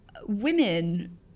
women